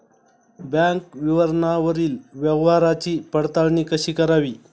Bank विवरणावरील व्यवहाराची पडताळणी कशी करावी?